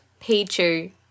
Pichu